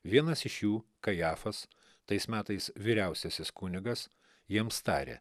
vienas iš jų kajafas tais metais vyriausiasis kunigas jiems tarė